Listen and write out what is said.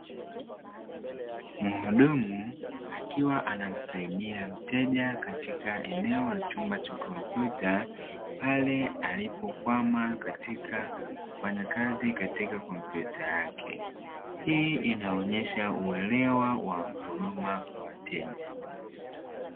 Mhudumu akiwa anamsaidia mteja katika eneo la chumba cha kompyuta pale alipo kwama katika kufanya kazi katika kompyuta yake hii inaonesha uelewa wa huduma kwa wateja.